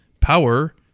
Power